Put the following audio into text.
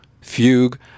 Fugue